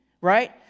right